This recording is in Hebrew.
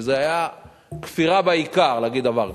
שזאת היתה כפירה בעיקר להגיד דבר כזה.